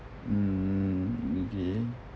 mm okay